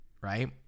Right